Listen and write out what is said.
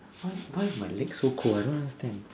why why is my leg so cold I don't understand